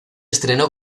estrenó